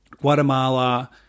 Guatemala